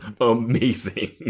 amazing